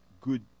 good